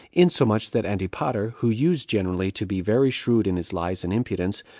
insomuch that antipater, who used generally to be very shrewd in his lies and impudence,